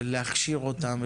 ולהכשיר אותם,